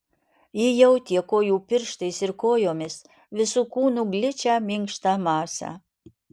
ji jautė kojų pirštais ir kojomis visu kūnu gličią minkštą masę